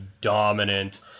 dominant